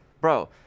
bro